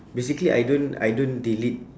basically I don't I don't delete